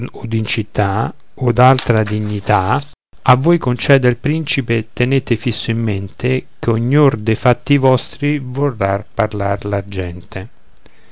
in città od altra dignità a voi conceda il principe tenete fisso in mente che ognor dei fatti vostri vorrà parlar la gente